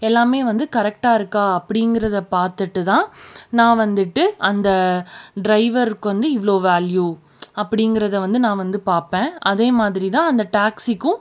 எல்லாமே வந்து கரெக்டாக இருக்கா அப்படிங்கிற பார்த்துட்டு தான் நான் வந்துட்டு அந்த டிரைவருக்கு வந்து இவ்வளோ வேல்யூ அப்படிங்கிறத வந்து நான் வந்து பார்ப்பேன் அதேமாதிரி தான் அந்த டாக்சிக்கும்